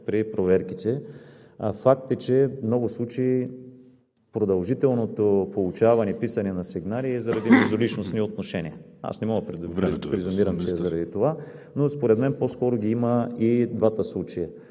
при проверките. Факт е, че в много случаи продължителното получаване и писане на сигнали е заради междуличностни отношения. Аз не мога да презюмирам, че е заради това, но според мен по-скоро ги има и двата случая.